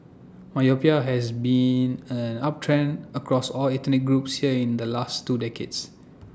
myopia has been an uptrend across all ethnic groups here in the last two decades